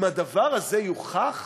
אם הדבר הזה יוכח,